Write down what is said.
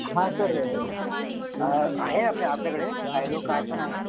हां सर आहे आपल्या आपल्याकडे झायलो कार पण आहे